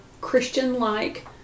Christian-like